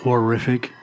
Horrific